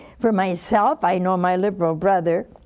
for myself, i know my liberal brother